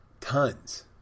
Tons